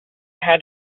had